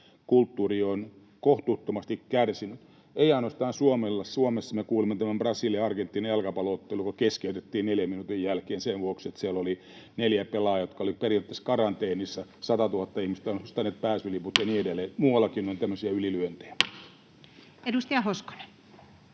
kulttuuri on kohtuuttomasti kärsinyt, ei ainoastaan Suomessa: Me kuulimme tästä Brasilia—Argentiina-jalkapallo-ottelusta, joka keskeytettiin 4 minuutin jälkeen sen vuoksi, että siellä oli neljä pelaajaa, jotka olivat periaatteessa karanteenissa. Satatuhatta ihmistä oli ostanut pääsylipun ja niin edelleen. Muuallakin on tämmöisiä ylilyöntejä. [Speech